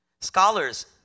Scholars